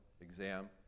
exam